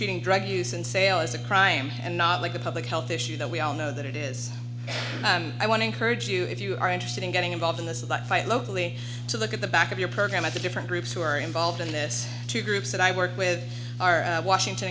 treating drug use and sale is a crime and not like a public health issue that we all know that it is and i want to encourage you if you are interested in getting involved in this is the fight locally to look at the back of your program at the different groups who are involved in this two groups that i work with are washington